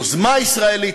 יוזמה ישראלית,